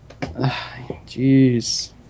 Jeez